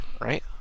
right